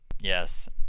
Yes